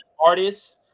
artists